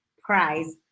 prize